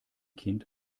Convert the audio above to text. kind